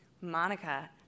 Monica